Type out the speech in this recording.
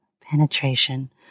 penetration